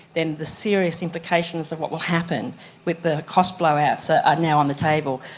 then the serious implications of what will happen with the cost blowouts are are now on the table.